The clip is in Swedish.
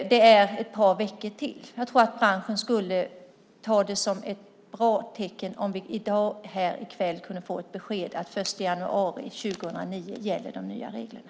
Det är ett par veckor dit. Jag tror att branschen skulle ta det som ett bra tecken om vi här i kväll kunde få beskedet att de nya reglerna gäller från den 1 januari 2009.